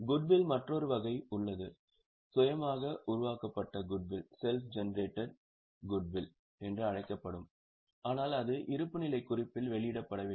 குட்வில்லில் மற்றொரு வகை உள்ளது சுயமாக உருவாக்கப்பட்ட குட்வில் என்று அழைக்கப்படும் ஆனால் அது இருப்புநிலைக் குறிப்பில் வெளியிடப்படவில்லை